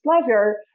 pleasure